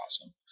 awesome